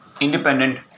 independent